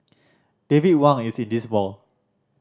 David Wang is in this mall